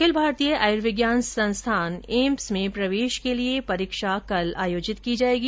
अखिल भारतीय आयुर्विज्ञान संस्थान एम्स में प्रवेश के लिए परीक्षा कल आयोजित की जाएगी